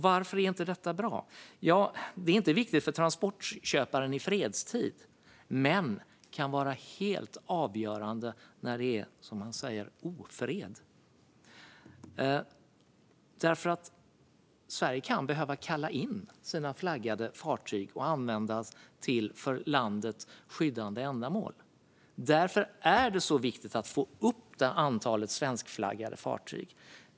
Varför är detta inte bra? Det är inte viktigt för transportköparen i fredstid, men det kan vara helt avgörande när det är, som man säger, ofred. Sverige kan behöva kalla in sina flaggade fartyg och använda dem till för landet skyddande ändamål. Därför är det viktigt att få upp antalet svenskflaggade fartyg.